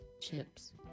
chips